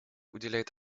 уделяет